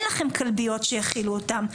אין לכם כלביות שיכילו אותם.